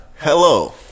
Hello